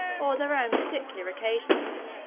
or their own particular occasions,